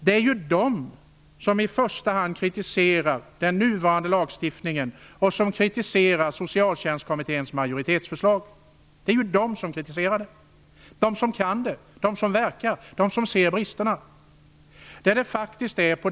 Det är ju de som i första hand kritiserar den nuvarande lagstiftningen och Socialtjänstkommitténs majoritetsförslag. Det är ju de som kritiserar. Det är de som kan, de som verkar och de som ser bristerna.